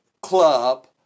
Club